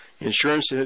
Insurance